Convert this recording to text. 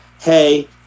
hey